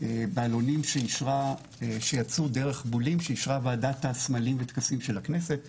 בעלונים שיצאו דרך בולים שאישרה ועדת הסמלים והטקסים של הכנסת ,